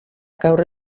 gaur